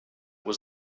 was